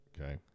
Okay